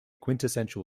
quintessential